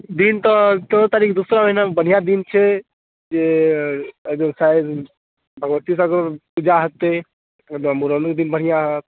दिन तऽ चौदह तारीख दोसर महिनामे बढ़िआँ दिन छै एहिमे साइत भगवतीसबके पूजा हेतै ओहिदिन मूड़नो दिन बढ़िआँ रहत